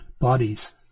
bodies